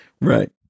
Right